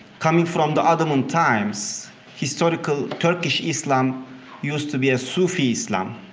coming from the ottoman times historical turkish islam used to be a sufi islam.